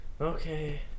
Okay